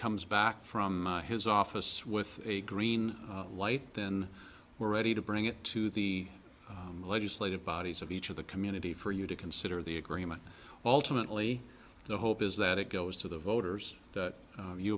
comes back from his office with a green light then we're ready to bring it to the legislative bodies of each of the community for you to consider the agreement alternately the hope is that it goes to the voters that